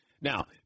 Now